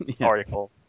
article